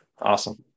Awesome